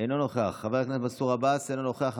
אינו נוכח, חבר הכנסת מנסור עבאס, אינו נוכח.